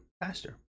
faster